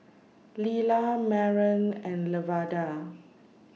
Lilah Maren and Lavada